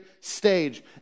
stage